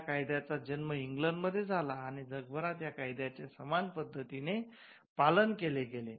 या कायद्याचा जन्म इंग्लंडमध्ये झाला आणि जगभरात या कायद्याचे समान पद्धतीने पालन केले गेले